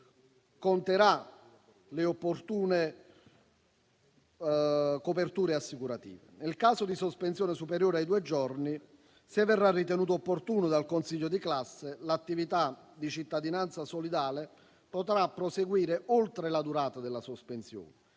conterà le opportune coperture assicurative. Nel caso di sospensione superiore ai due giorni, se verrà ritenuto opportuno dal consiglio di classe, l'attività di cittadinanza solidale potrà proseguire oltre la durata della sospensione,